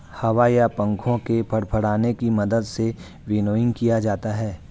हवा या पंखों के फड़फड़ाने की मदद से विनोइंग किया जाता है